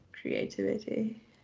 creativity